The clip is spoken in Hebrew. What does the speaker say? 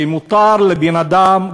שמותר לבן-אדם,